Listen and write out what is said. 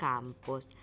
Campos